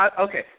Okay